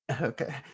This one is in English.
okay